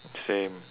same